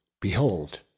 behold